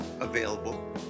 available